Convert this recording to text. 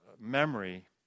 memory